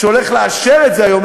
שהולך לאשר את זה היום,